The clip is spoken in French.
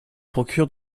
procure